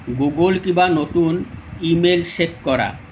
Google কিবা নতুন email check কৰা